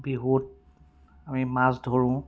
বিহুত আমি মাছ ধৰোঁ